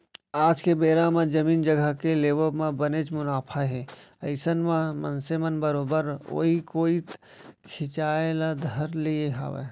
आज के बेरा म जमीन जघा के लेवब म बनेच मुनाफा हे अइसन म मनसे मन बरोबर ओइ कोइत खिंचाय ल धर लिये हावय